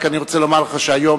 רק אני רוצה לומר לך שהיום,